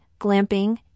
glamping